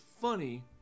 funny